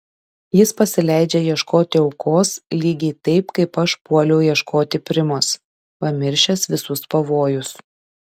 jis pasileidžia ieškoti aukos lygiai taip kaip aš puoliau ieškoti primos pamiršęs visus pavojus